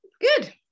Good